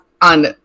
on